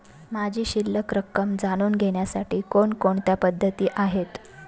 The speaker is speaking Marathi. माझी शिल्लक रक्कम जाणून घेण्यासाठी कोणकोणत्या पद्धती आहेत?